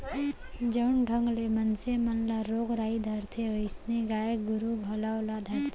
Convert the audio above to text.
जउन ढंग ले मनसे मन ल रोग राई धरथे वोइसनहे गाय गरू घलौ ल धरथे